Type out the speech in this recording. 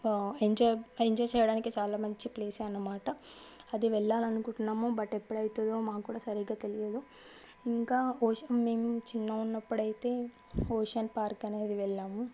enjoy చేయడానికి చాలా మంచి ప్లేసే అన్నమాట అది వెళ్లాలి అనుకుంటున్నాము బట్ ఎప్పుడు అవుతుందో మాకు కూడా సరిగా తెలియదు ఇంకా బహుశా మేము చిన్నగా ఉన్నప్పుడు అయితే ఓషన్ పార్క్ అనేది వెళ్ళాము